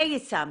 זה יישמתי,